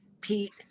Pete